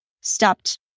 stopped